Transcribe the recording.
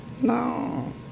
No